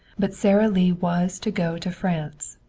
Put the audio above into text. but sara lee was to go to france,